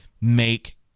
make